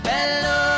Hello